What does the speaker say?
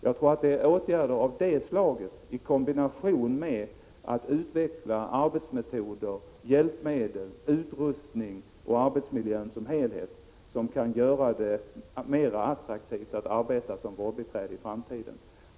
Jag tror att det är åtgärder av detta slag i kombination med att man utvecklar arbetsmetoder, hjälpmedel, utrustning och arbetsmiljön som helhet som kan göra det mer attraktivt att arbeta som vårdbiträde i framtiden.